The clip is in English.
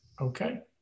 Okay